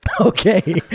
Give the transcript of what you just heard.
Okay